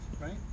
right